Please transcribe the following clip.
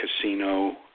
casino